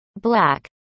black